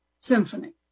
symphony